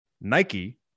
Nike